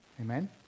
Amen